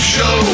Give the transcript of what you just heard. Show